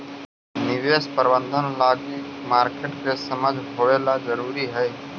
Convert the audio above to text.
निवेश प्रबंधन लगी मार्केट के समझ होवेला जरूरी हइ